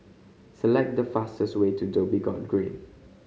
select the fastest way to Dhoby Ghaut Green